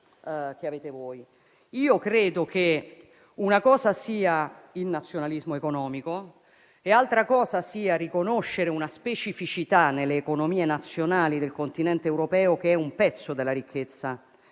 Credo che una cosa sia il nazionalismo economico e altra cosa sia riconoscere una specificità alle economie nazionali del Continente europeo, che è un pezzo della ricchezza